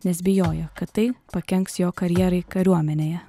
nes bijojo kad tai pakenks jo karjerai kariuomenėje